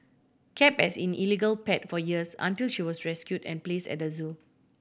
kept as in illegal pet for years until she was rescued and placed at the zoo